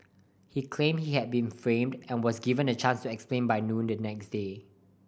he claimed he had been framed and was given a chance to explain by noon the next day